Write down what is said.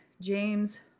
James